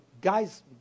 guys